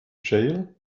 jail